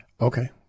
Okay